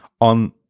on